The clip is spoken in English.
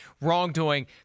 wrongdoing